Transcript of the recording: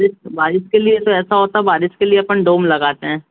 बारिश बारिश के लिए तो ऐसा होता बारिश के लिए अपन डोम लगाते हैं